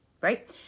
Right